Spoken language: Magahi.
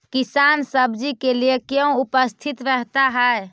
किसान सब्जी के लिए क्यों उपस्थित रहता है?